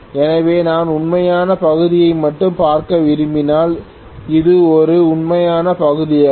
எனவே நான் உண்மையான பகுதியை மட்டும் பார்க்க விரும்பினால் இது ஒரே உண்மையான பகுதியாகும்